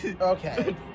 Okay